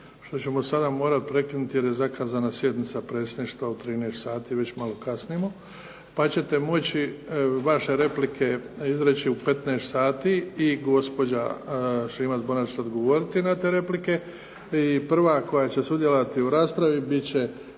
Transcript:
što ćemo sada morat prekinuti jer je zakazana sjednica Predsjedništva u 13 sati, već malo kasnimo pa ćete moći vaše replike izreći u 15 sati i gospođa Šimac-Bonačić odgovoriti na te replike. I prva koja će sudjelovati u raspravi bit će